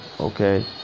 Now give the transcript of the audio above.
Okay